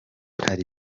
hari